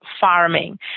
farming